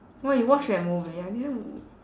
!wah! you watched that movie I didn't w~